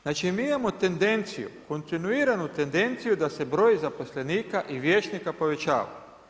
Znači mi imamo tendenciju, kontinuiranu tendenciju da se broj zaposlenika i vijećnika povećava.